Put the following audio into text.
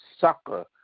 sucker